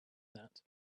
that